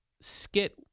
skit